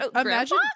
Imagine